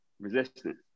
Resistance